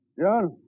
John